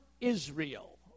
Israel